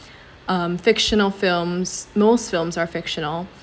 um fictional films most films are fictional